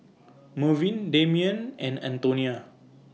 Mervyn Damion and Antonia